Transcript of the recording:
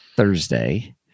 thursday